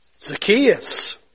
Zacchaeus